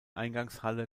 eingangshalle